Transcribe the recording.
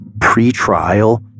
pre-trial